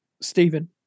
Stephen